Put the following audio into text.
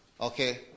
Okay